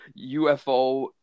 UFO